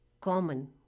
common